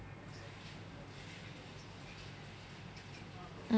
mm